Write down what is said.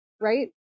Right